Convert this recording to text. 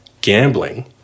gambling